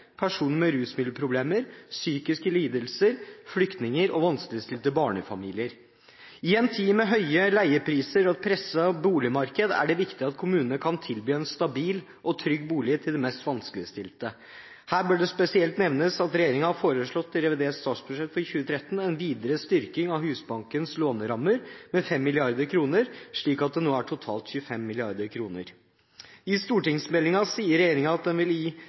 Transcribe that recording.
personer med rusmiddelproblemer, psykiske lidelser, flyktninger og vanskeligstilte barnefamilier. I en tid med høye leiepriser og et presset boligmarked er det viktig at kommunene kan tilby en stabil og trygg bolig til de mest vanskeligstilte. Her bør det spesielt nevnes at regjeringen har foreslått i revidert statsbudsjett for 2013 en videre styrking av Husbankens lånerammer med 5 mrd. kr, slik at den nå er totalt 25 mrd. kr. I stortingsmeldingen sier regjeringen at den vil